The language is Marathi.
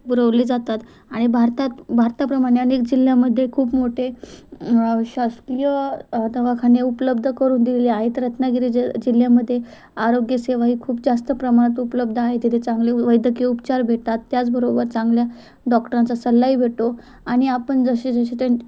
पुरवले जातात आणि भारतात भारताप्रमाणे अनेक जिल्ह्यामध्ये खूप मोठे शासकीय दवाखाने उपलब्ध करून दिलेले आहेत रत्नागिरी ज जिल्ह्यामध्ये आरोग्यसेवा ही खूप जास्त प्रमाणात उपलब्ध आहे तिथे चांगले वैद्यकीय उपचार भेटतात त्याचबरोबर चांगल्या डॉक्टरांचा सल्लाही भेटतो आणि आपण जसे जसे त्यां